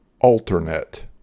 Alternate